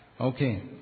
Okay